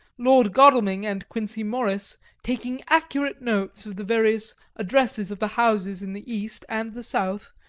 lord godalming and quincey morris taking accurate notes of the various addresses of the houses in the east and the south,